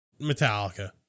Metallica